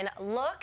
look